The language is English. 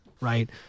right